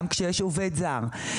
גם כשיש עובד זר.